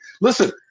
Listen